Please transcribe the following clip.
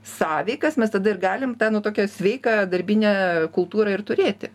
sąveikas mes tada ir galim tą nu tokią sveiką darbinę kultūrą ir turėti